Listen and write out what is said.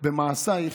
במעשייך.